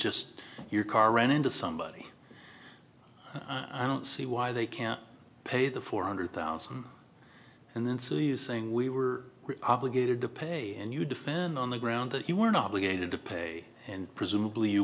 just your car ran into somebody i don't see why they can't pay the four hundred thousand and then sue you saying we were obligated to pay and you defend on the ground that you were an obligation to pay and presumably you